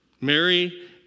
Mary